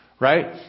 Right